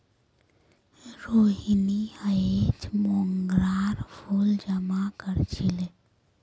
रोहिनी अयेज मोंगरार फूल जमा कर छीले